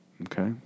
Okay